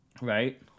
right